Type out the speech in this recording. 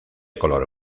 color